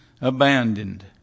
abandoned